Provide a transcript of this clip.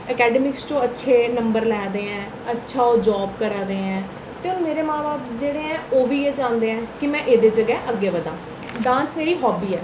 academic तों अच्छे number लै दे आं अच्छा ओह् जॉब करै दे आं ते मेरे मां बब्ब जेह्ड़े ऐं ओह् बी इ'यै चांह्दे न कि में एह्दे च गै अग्गे बधां डांस मेरी हाब्बी ऐ